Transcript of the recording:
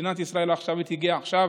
אנחנו חוגגים עכשיו